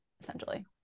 essentially